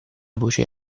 voce